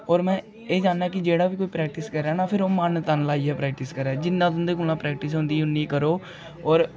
होर में एह् चाह्न्नां कि जेह्ड़ा बी कोई प्रेक्टिस करै ना फिर ओह् मन तन लाइयै प्रेक्टिस करै जि'न्ना तुं'दे कोला दा प्रेक्टिस होंदी उ'न्नी करो होर